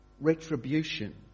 retribution